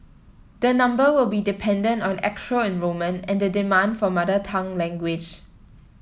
the number will be dependent on actual enrolment and the demand for mother tongue language